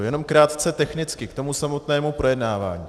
Jenom krátce technicky k samotnému projednávání.